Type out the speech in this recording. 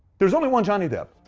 there's only one johnny depp.